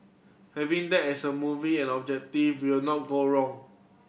having that as a movie and objective we'll not go wrong